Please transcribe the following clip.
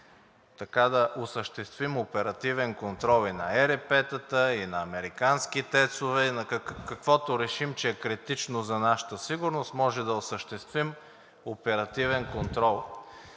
така да осъществим оперативен контрол и на ЕРП тата, и на американските ТЕЦ-ове, и на каквото решим, че е критично за нашата сигурност, може да осъществим оперативен контрол.